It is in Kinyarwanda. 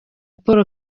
paul